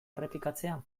errepikatzea